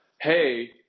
hey